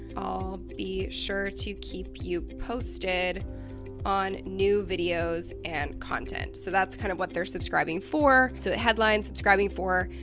i'll be sure to keep you posted on new videos and content, so that's kind of what they're subscribing for so it headlines subscribing for.